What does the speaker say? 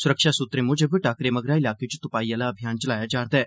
सुरक्षा सुत्तरें मुजब टाक्करे मगरा इलाके च तुपाई आह्ला अभियान चलाया जा'रदा ऐ